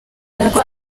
n’uko